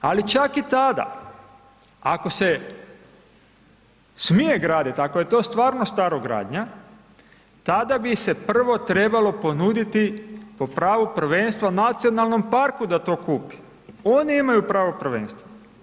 Ali čak i tada ako se smije graditi, ako je to stvarno starogradnja, tada bi se prvo trebalo ponuditi po pravu prvenstva nacionalnom parku da to kupi, oni imaju pravo prvenstva.